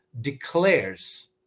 declares